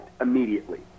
immediately